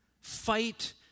Fight